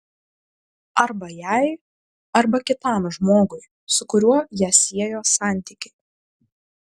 arba jai arba kitam žmogui su kuriuo ją siejo santykiai